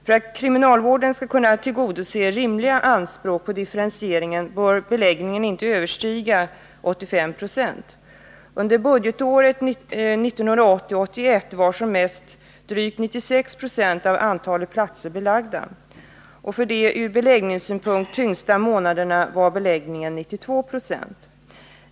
För att kriminalvården skall kunna tillgodose rimliga anspråk på differentiering bör beläggningen inte överstiga 85 20. Under budgetåret 1980/81 var som mest drygt 96 26 av antalet platser belagda. Under de ur beläggningssynpunkt tyngsta månaderna var beläggningen 92 Zo.